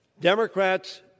Democrats